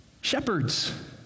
shepherds